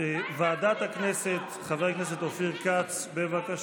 להעביר את שטחי הפעולה על פי הפירוט הבא: